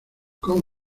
con